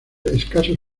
escasos